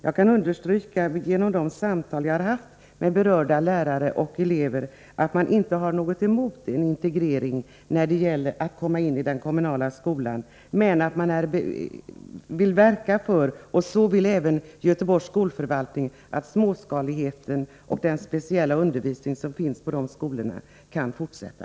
Jag kan understryka, att det har framgått vid de samtal vi har haft med berörda lärare och elever, att de inte har något emot en integrering med den kommunala skolan. Men de vill verka för — och det vill även Göteborgs skolförvaltning — att småskaligheten och den speciella undervisning som finns på de berörda skolorna kan fortsätta.